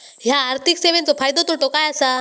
हया आर्थिक सेवेंचो फायदो तोटो काय आसा?